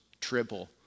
triple